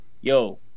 yo